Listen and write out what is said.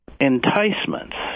enticements